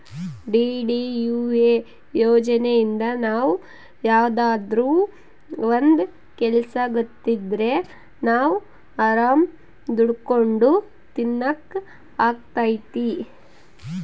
DDUA ಯೋಜನೆಇಂದ ನಾವ್ ಯಾವ್ದಾದ್ರೂ ಒಂದ್ ಕೆಲ್ಸ ಗೊತ್ತಿದ್ರೆ ನಾವ್ ಆರಾಮ್ ದುಡ್ಕೊಂಡು ತಿನಕ್ ಅಗ್ತೈತಿ